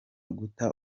guta